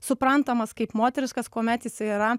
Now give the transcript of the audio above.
suprantamas kaip moteriškas kuomet jisai yra